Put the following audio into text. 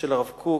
הרב קוק,